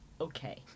okay